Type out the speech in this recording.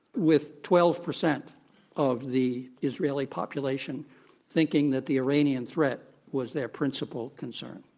with twelve percent of the israeli population thinking that the iranian threat was their principal concern.